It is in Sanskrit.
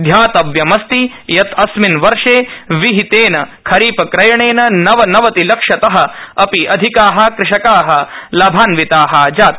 ध्यातव्यमस्ति यत् अस्मिन् वर्षे विहितेन खरीफ क्रयणेन नवनवतिलक्षत अपि अधिका कृषका लाभान्विता जाता